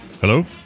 Hello